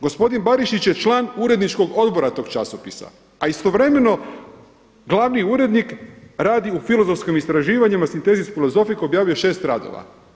Gospodin Barišić je član uredničkog odbora tog časopisa, a istovremeno glavni urednik radi u filozofskom istraživanju sintezis filozofik objavljuje 6 radova.